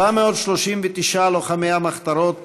439 לוחמי מחתרות